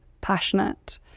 passionate